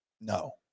no